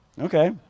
okay